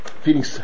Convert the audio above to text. feeling